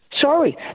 Sorry